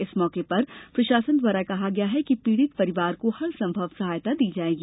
इस मौके पर प्रशासन द्वारा कहा गया है कि पीड़ित परिवार को हर संभव सहायता दी जायेगी